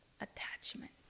attachment